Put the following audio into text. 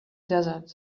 desert